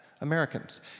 Americans